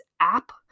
app